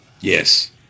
Yes